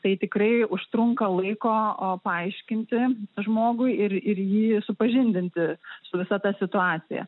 tai tikrai užtrunka laiko o paaiškinti žmogui ir ir jį supažindinti su visa ta situacija